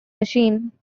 machine